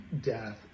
death